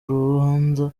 urubanza